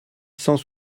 cent